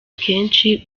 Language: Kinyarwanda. kenshi